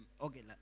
okay